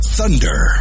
Thunder